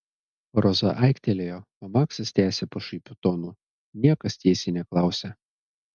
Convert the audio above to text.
roza aiktelėjo o maksas tęsė pašaipiu tonu niekas tiesiai neklausia